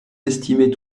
estimez